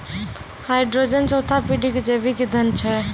hydrogen चौथा पीढ़ी के जैविक ईंधन छै